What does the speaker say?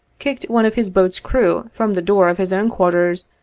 kicked one of his boat's crew from the door of his own quarters,